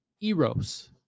eros